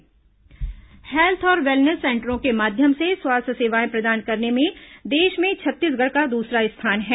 स्वास्थ्य सेवा छत्तीसगढ़ हेल्थ और वेलनेस सेंटरों के माध्यम से स्वास्थ्य सेवाएं प्रदान करने में देश में छत्तीसगढ़ का दूसरा स्थान है